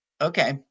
Okay